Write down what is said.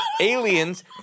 aliens